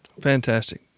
Fantastic